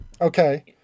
Okay